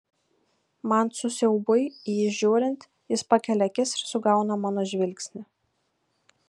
man su siaubui į jį žiūrint jis pakelia akis ir sugauna mano žvilgsnį